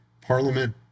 Parliament